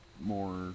more